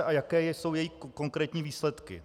A jaké jsou její konkrétní výsledky?